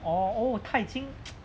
oh oh 她已经